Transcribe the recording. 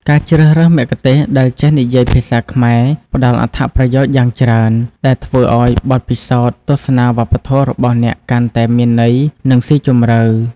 ការជ្រើសរើសមគ្គុទ្ទេសក៍ដែលចេះនិយាយភាសាខ្មែរផ្តល់អត្ថប្រយោជន៍យ៉ាងច្រើន ដែលធ្វើឲ្យបទពិសោធន៍ទស្សនាវប្បធម៌របស់អ្នកកាន់តែមានន័យ និងស៊ីជម្រៅ។